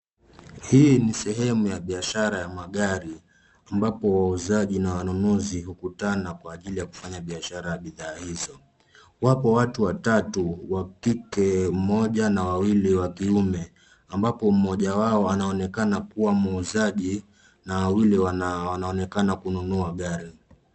Hii ni sehemu ya biashara ya magari ambapo wauzaji na wanunuzi hukutana kwa ajili ya kufanya biashara bidhaa hizo. Wapo watu watatu, wa kike mmoja na wawili wa kiume, ambapo mmoja wao anaonekana kuwa muuzaji na wawili wanaonekana kununua gari.